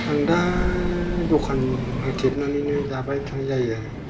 आं दा दखान होथेबनानैनो जाबाय थानाय जायो